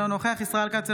אינו נוכח ישראל כץ,